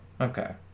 Okay